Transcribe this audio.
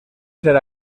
ser